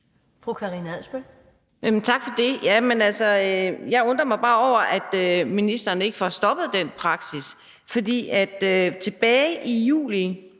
Tak for det. Jeg undrer mig bare over, at ministeren ikke får stoppet den praksis,